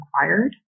required